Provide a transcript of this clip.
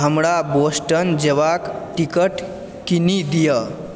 हमरा बोस्टन जयबाक टिकट कीनि दिअ